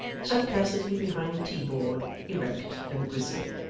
sat placidly behind the tea-board, erect and grizzly,